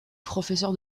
professeur